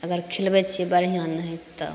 अगर खिलबैत छियै बढ़िआँ नाहित तब